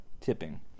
tipping